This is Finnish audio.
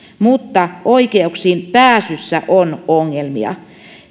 mutta oikeuksiin pääsyssä on ongelmia